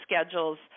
schedules